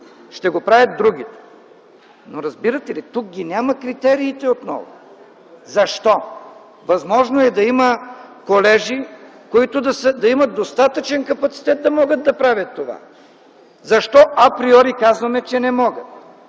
ще го правят другите. Но, разбирате ли – тук ги няма критериите отново? Защо? Възможно е да има колежи, които да имат достатъчен капацитет да могат да правят това. Защо априори казваме, че не могат?